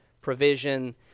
provision